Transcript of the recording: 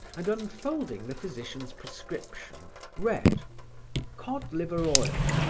and unfolding the physician's prescription, read cod liver oil.